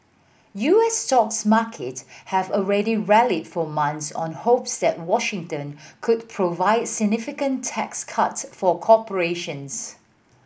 U S stocks market have already rallied for months on hopes that Washington could provide significant tax cuts for corporations